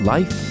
Life